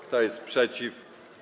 Kto jest przeciw?